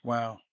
Wow